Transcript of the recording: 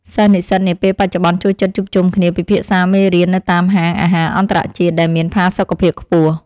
សិស្សនិស្សិតនាពេលបច្ចុប្បន្នចូលចិត្តជួបជុំគ្នាពិភាក្សាមេរៀននៅតាមហាងអាហារអន្តរជាតិដែលមានផាសុកភាពខ្ពស់។